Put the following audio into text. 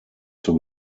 zur